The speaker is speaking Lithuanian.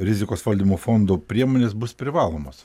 rizikos valdymo fondų priemonės bus privalomos